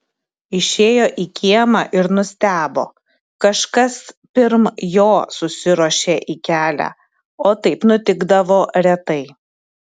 išėjo į kiemą ir nustebo kažkas pirm jo susiruošė į kelią o taip nutikdavo retai